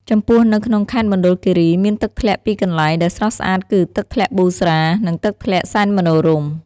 ចំពោះនៅក្នុងខេត្តមណ្ឌលគិរី មានទឹកធ្លាក់ពីរកន្លែងដែលស្រស់ស្អាតគឺ ទឹកធ្លាក់ប៊ូស្រា និងទឹកធ្លាក់សែនមនោរម្យ។